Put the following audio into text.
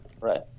right